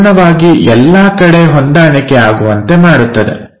ಪೂರ್ಣವಾಗಿ ಎಲ್ಲಾ ಕಡೆ ಹೊಂದಾಣಿಕೆ ಆಗುವಂತೆ ಮಾಡುತ್ತದೆ